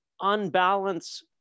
unbalance